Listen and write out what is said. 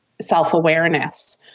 self-awareness